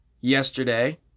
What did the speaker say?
yesterday